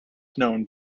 known